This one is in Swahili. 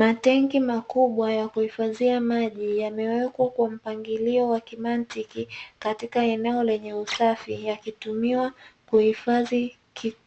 Matenki makubwa yakuhifadhia maji, yamewekwa kwa mpangilio wa kimantiki, katika eneo lenye usafi yakitumiwa kuhifadhi